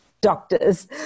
doctors